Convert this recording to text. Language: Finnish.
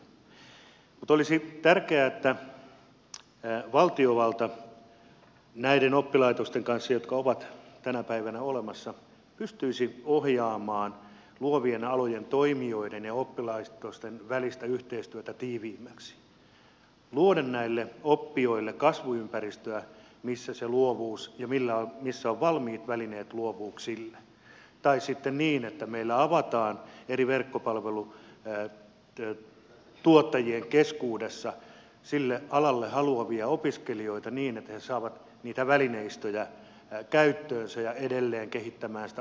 mutta olisi tärkeää että valtiovalta näiden oppilaitosten kanssa jotka ovat tänä päivänä olemassa pystyisi ohjaamaan luovien alojen toimijoiden ja oppilaitosten välistä yhteistyötä tiiviimmäksi luomaan näille oppijoille kasvuympäristöä missä on se luovuus ja missä on valmiit välineet luovuuksille tai sitten niin että meillä avataan välineitä eri verkkopalvelutuottajien keskuudessa sille alalle haluaville opiskelijoille niin että he saavat niitä välineistöjä käyttöönsä ja edelleen voivat kehittää sitä omaa luovuuttaan